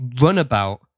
runabout